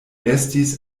estis